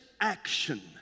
action